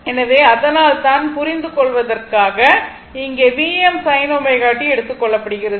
எனவே அதனால்தான் புரிந்து கொள்வதற்காக இங்கே Vm sin ωt எடுத்துக் கொள்ளப்படுகிறது